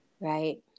right